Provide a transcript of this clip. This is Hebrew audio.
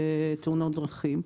תאונות דרכים.